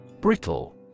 Brittle